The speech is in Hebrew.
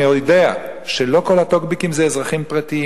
אני יודע שלא כל הטוקבקים זה אזרחים פרטיים.